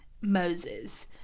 moses